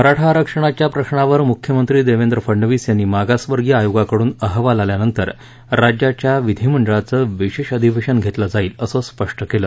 मराठा आरक्षणाच्या प्रश्नावर मुख्यमंत्री देवेंद्र फडणवीस यांनी मागासवर्गीय आयोगाकडून अहवाल आल्यानंतर राज्याच्या विधीमंडळाचं विशेष अधिवेशन घेतलं जाईल असं स्पष्ट केलं